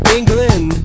England